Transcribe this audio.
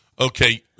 Okay